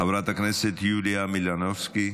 חברת הכנסת יוליה מלינובסקי,